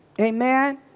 Amen